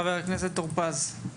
חבר הכנסת טור פז.